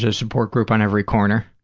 ah support group on every corner.